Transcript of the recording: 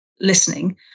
listening